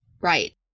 Right